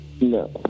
No